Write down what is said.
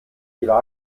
wieder